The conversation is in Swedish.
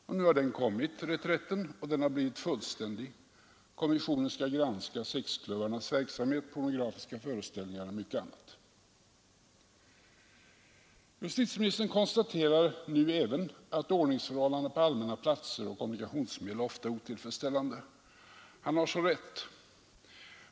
Och nu har reträtten kommit och blivit fullständig. Kommissionen skall granska sexklubbarnas verksamhet, pornografiska föreställningar och mycket annat. Justitieministern konstaterar nu även att ordningsförhållandena på allmänna platser och kommunikationsmedel ofta är otillfredsställande. Han har så rätt.